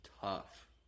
tough